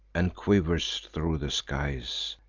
and quivers thro' the skies.